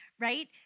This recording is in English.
right